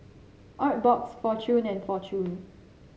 Artbox Fortune and Fortune